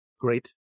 Great